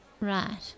Right